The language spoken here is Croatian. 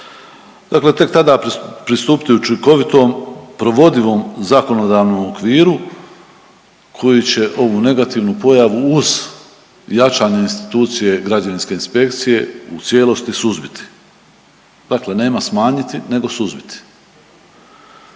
Dakle tek tada pristupiti učinkovitom provodivom zakonodavnom okviru koji će ovu negativnu pojavu uz jačanje institucije građevinske inspekcije u cijelost suzbiti, dakle nema smanjiti nego suzbiti.